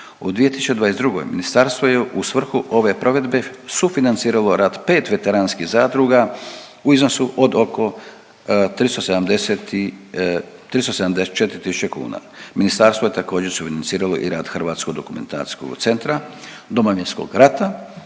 U 2022. ministarstvo je u svrhu ove provedbe sufinanciralo rad 5 veteranskih zdruga u iznosu od oko 374 tisuće kuna. Ministarstvo je također sufinanciralo i rad Hrvatskog dokumentacijskog centra Domovinskog rata,